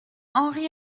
henri